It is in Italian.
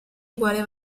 uguale